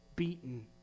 beaten